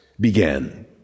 began